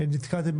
נתקלתי,